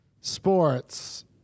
sports